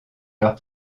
leurs